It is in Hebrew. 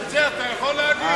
את זה אתה יכול להגיד?